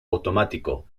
automático